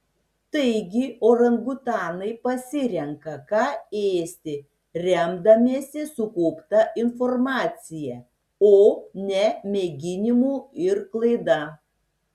taigi orangutanai pasirenka ką ėsti remdamiesi sukaupta informacija o ne mėginimu ir klaida